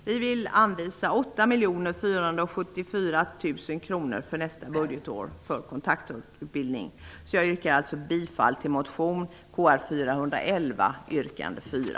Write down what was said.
Vi vill anvisa 8 474 000 kronor till kontakttolkutbildning för nästa budgetår. Jag yrkar alltså bifall till motion Kr411, yrkande 4.